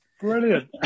Brilliant